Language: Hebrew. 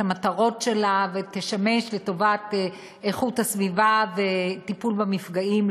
המטרות שלה ותשמש לטובת הסביבה וטיפול במפגעים.